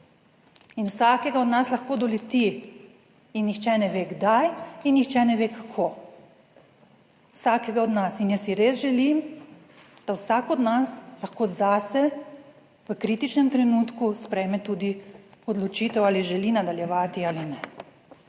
in vsakega od nas lahko doleti, in nihče ne ve, kdaj, in nihče ne ve, kako. Vsakega od nas, in jaz si res želim, da vsak od nas lahko zase v kritičnem trenutku sprejme tudi odločitev, ali želi nadaljevati ali ne.